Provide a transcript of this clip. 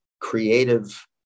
creative